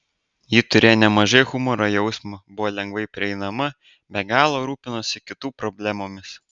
ji turėjo nemažai humoro jausmo buvo lengvai prieinama be galo rūpinosi kitų problemomis